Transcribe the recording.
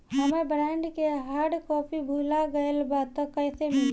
हमार बॉन्ड के hard copy भुला गएलबा त कैसे मिली?